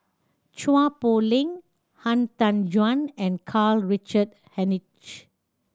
Chua Poh Leng Han Tan Juan and Karl Richard Hanitsch